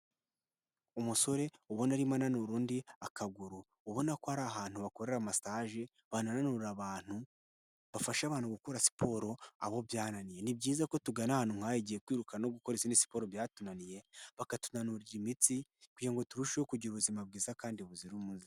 Umusore ubona arimo ananura undi akaguru, ubona ko ari ahantu bakorera masaje banananura abantu, bafasha abantu gukora siporo abo byananiye. Ni byiza ko tugana ahantu nk'aha igihe kwiruka no gukora izindi siporo byatunaniye, bakatunanurira imitsi kugira ngo turusheho kugira ubuzima bwiza kandi buzira umuze.